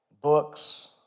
books